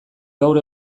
gaur